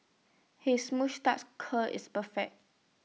his moustache curl is perfect